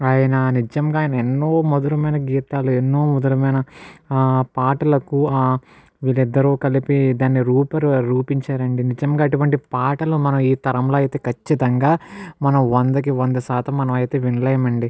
ఆయన నిజంగా ఆయన ఎన్నో మధురమైన గీతాలు ఎన్నో మధురమైన ఆ పాటలకు ఆ వీళ్ళిద్దరూ కలిపి దాని రూపురే రూపించారండి నిజంగా అటువంటి పాటలు మనం ఈ తరంలో అయితే ఖచ్చితంగా మనం వందకి వంద శాతం మనం అయితే వినలేమండి